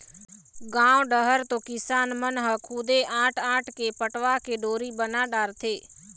गाँव डहर तो किसान मन ह खुदे आंट आंट के पटवा के डोरी बना डारथे